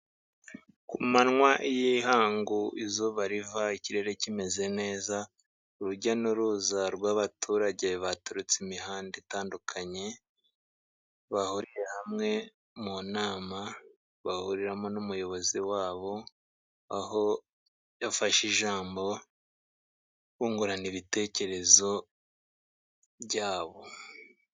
Ku manwa y'ihangu izuba riva ikirere kimeze neza, urujya n'uruza rw'abaturage baturutse imihanda itandukanye, bahurira hamwe mu nama, bahuriramo n'umuyobozi wabo, aho yafashe ijambo, bungurana ibitekerezo byabo.